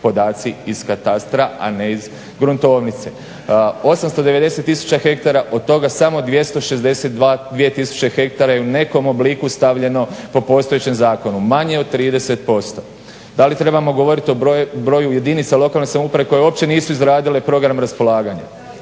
podaci iz katastra a ne iz gruntovnice. 890 tisuća ha od toga samo 262 tisuće ha je u nekom obliku stavljeno po postojećem zakonu. Manje od 30%. Da li trebamo govoriti o broju jedinica lokalne samouprave koje uopće nisu izradile program raspolaganja